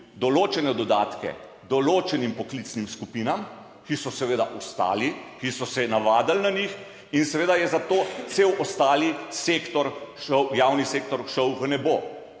določene dodatke določenim poklicnim skupinam, ki so seveda ostali, ki so se navadili na njih in seveda je za to cel ostali sektor šel, javni